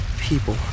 people